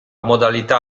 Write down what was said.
modalità